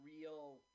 real